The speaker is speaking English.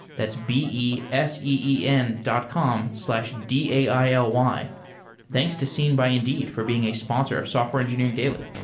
that's b e s e e n dot com d a i l y thanks to seen by indeed for being a sponsor of software engineering daily